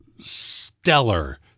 stellar